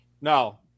No